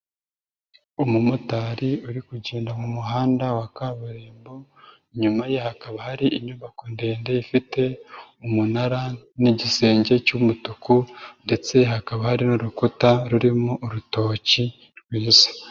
Umumotari uri kugenda mu muhanda wa kaburimbo, inyuma ye hakaba hari inyubako ndende ifite umunara n'igisenge cy'umutuku ndetse hakaba hari n'urukuta rurimo urutoki rwibuza.